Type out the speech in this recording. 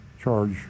charge